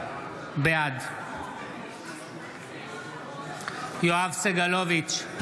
בעד יואב סגלוביץ'